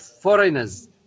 foreigners